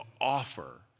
offer